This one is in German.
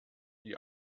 die